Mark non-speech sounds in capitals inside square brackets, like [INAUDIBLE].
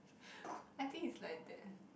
[BREATH] I think it's like that eh